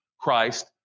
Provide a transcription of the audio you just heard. Christ